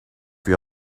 your